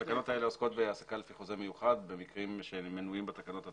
התקנות האלה עוסקות בהעסקה לפי חוזה מיוחד במקרים שמנויים בתקנות עצמן.